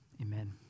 amen